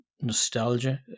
nostalgia